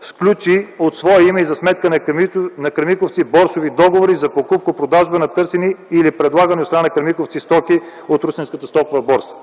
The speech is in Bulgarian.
сключи от свое име и за сметка на „Кремиковци” борсови договори за покупко-продажба на търсени или предлагани от страна на „Кремиковци” стоки от Русенката стокова борса.